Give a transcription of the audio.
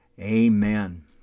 Amen